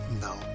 No